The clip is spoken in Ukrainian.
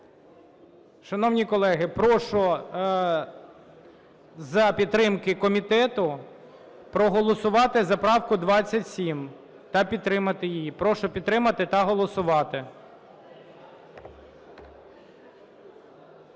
Шановні колеги, прошу за підтримки комітету проголосувати за правку 27 та підтримати її. Прошу підтримати та голосувати.